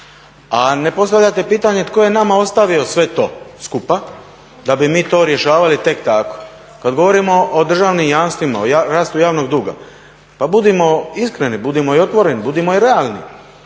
A ne postavljate pitanje tko je nama ostavio sve to skupa da bi mi to rješavali tek tako. Kad govorimo o državnim jamstvima, o rastu javnog duga, pa budimo iskreni, budimo i otvoreni budimo i realni,